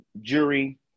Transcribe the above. jury